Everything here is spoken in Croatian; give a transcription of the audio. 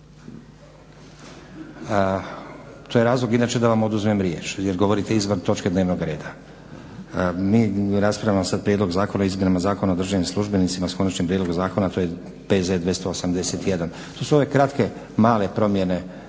To je razlog inače da vam oduzmem riječ, jer govorite izvan točke dnevnog reda. Mi raspravljamo sad Prijedlog zakona o izmjenama i dopunama Zakona o državnim službenicima s konačnim prijedlogom zakona. To je P.Z. br. 281. To su ove kratke male promjene